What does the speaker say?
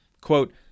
Quote